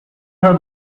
her